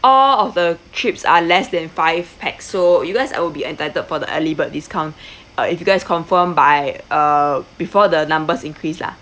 all of the trips are less than five pax so you guys are will be entitled for the early bird discount uh if you guys confirm by uh before the numbers increase lah